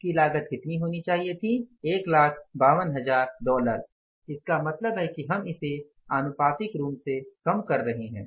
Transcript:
इसकी लागत कितनी होनी चाहिए थी 152000 डॉलर इसका मतलब है कि हम इसे आनुपातिक रूप से कम कर रहे हैं